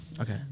Okay